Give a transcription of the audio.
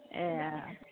ए